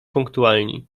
punktualni